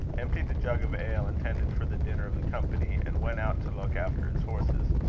emptied the jug of ale intended for the dinner of the company, and went out to look after his horses.